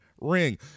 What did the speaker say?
ring